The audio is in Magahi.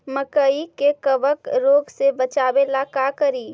मकई के कबक रोग से बचाबे ला का करि?